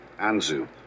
Anzu